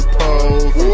pose